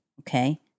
Okay